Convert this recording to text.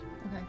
Okay